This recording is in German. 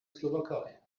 slowakei